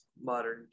modern